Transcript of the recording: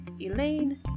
Elaine